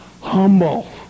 humble